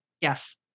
Yes